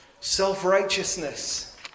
self-righteousness